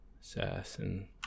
Assassin